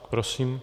Prosím.